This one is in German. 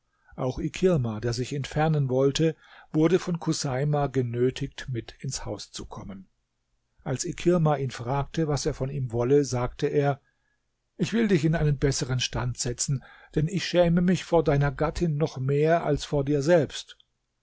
auch ikirma der sich entfernen wollte wurde von chuseima genötigt mit ins haus zu kommen als ikirma ihn fragte was er von ihm wolle sagte er ich will dich in einen besseren stand setzen denn ich schäme mich vor deiner gattin noch mehr als vor dir selbst